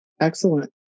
excellent